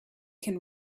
can